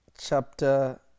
chapter